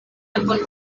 tempon